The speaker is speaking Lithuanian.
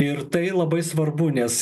ir tai labai svarbu nes